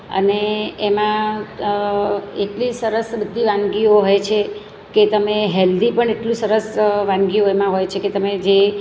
અને એમાં એટલી સરસ બધી વાનગીઓ હોય છે કે તમે હેલ્દી પણ એટલું સરસ વાનગીઓ એમાં હોય છે કે તમે જે